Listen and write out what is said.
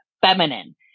feminine